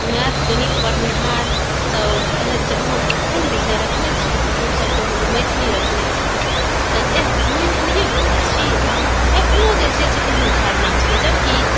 math गणित पढ़निहार सभ कहथि जे अहाँ कोन विषय रखने छी तऽ हमसभ कहू जे मैथिली रखने छी तऽ एह्ह मैथलिए पढ़ैत छी तऽ एखनहुँ जे छै से एहन धारणा छै जबकि